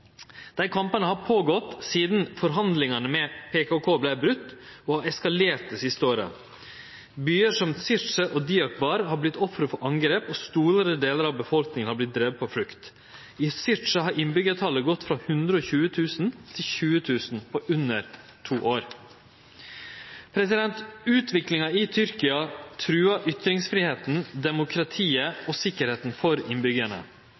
Dei kampane har pågått sidan forhandlingane med PKK vart brotne, og har eskalert det siste året. Byar som Cizre og Diyarbakir har vore offer for åtak, og store delar av befolkninga er drivne på flukt. I Cizre har innbyggjartalet gått ned frå 120 000 til 20 000 på under to år. Utviklinga i Tyrkia truar ytringsfridomen, demokratiet og sikkerheita for